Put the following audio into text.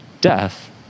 death